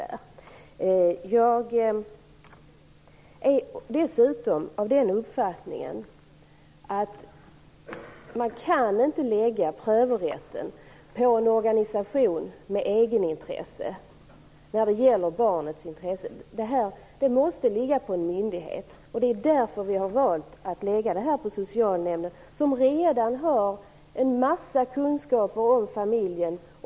Jag har dessutom den uppfattningen att man inte kan lägga prövorätten när det gäller barnets bästa på en organisation med egenintresse. Denna rätt måste ligga på en myndighet, och det är därför som vi har valt att lägga den på socialnämnden, som redan har en mängd kunskap om familjen.